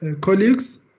Colleagues